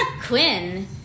Quinn